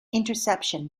interception